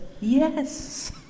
yes